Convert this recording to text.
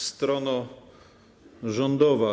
Strono Rządowa!